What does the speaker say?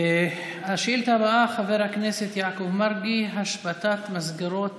השאילתה הבאה, חבר הכנסת יעקב מרגי: השבתת מסגרות